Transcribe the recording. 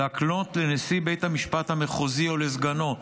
להקנות לנשיא בית משפט המחוזי או לסגנו,